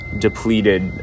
depleted